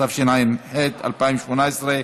התשע"ח 2018,